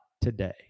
today